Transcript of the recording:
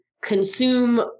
consume